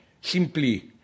simply